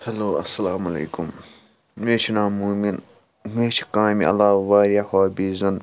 hello السلامُ علَیکُم مےٚ حظ چھ ناو مُومِن مےٚ حظ چھِ کامہِ علاوٕ واریاہ ہابیٖز